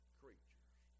creatures